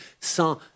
sans